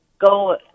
go